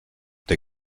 der